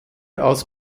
als